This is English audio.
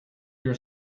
your